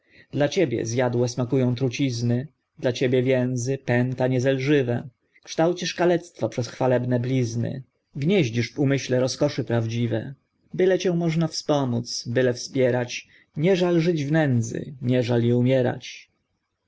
dla ciebie zjadłe smakują trucizny dla ciebie więzy pęta nie zelżywe kształcisz kalectwo przez chwalebne blizny gniezdzisz w umyśle rozkoszy prawdziwe byle cię można wspomódz byle wspierać nie żal żyć w nędzy nie żal i umierać